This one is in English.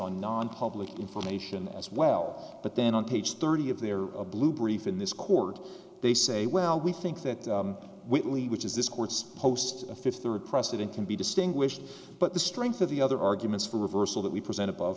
on nonpublic information as well but then on page thirty of their blue brief in this court they say well we think that whitley which is this court's post a fifth third precedent can be distinguished but the strength of the other arguments for reversal that we presented above